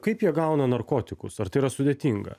kaip jie gauna narkotikus ar tai yra sudėtinga